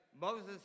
Moses